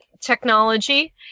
technology